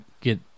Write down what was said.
get